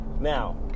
Now